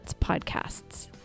podcasts